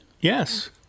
Yes